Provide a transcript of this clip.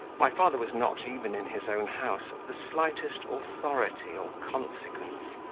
my father was not, even in his own house, of the slightest authority or consequence,